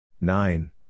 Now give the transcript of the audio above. Nine